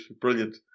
brilliant